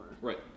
Right